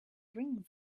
rings